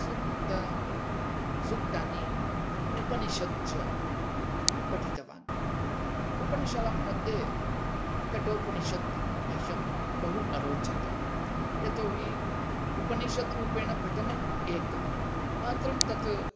सूक्त सूक्तानि उपनिषद् च पठितवान् उपनिषदां मध्ये कठोपनिषत् मह्यं बहु अरोचत यतोहि उपनिषद्रूपेण पठनम् एकम् अनन्तरं तत्